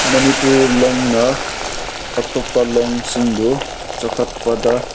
ꯃꯅꯤꯄꯨꯔꯤ ꯂꯣꯟꯅ ꯑꯇꯣꯞꯄ ꯂꯣꯟꯁꯤꯡꯕꯨ ꯆꯥꯎꯈꯠꯄꯗ